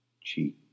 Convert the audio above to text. cheek